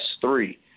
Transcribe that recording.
three